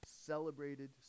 celebrated